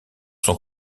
son